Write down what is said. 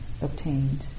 obtained